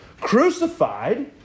crucified